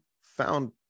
found